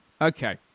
Okay